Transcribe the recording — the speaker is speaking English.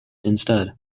instead